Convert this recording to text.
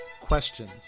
Questions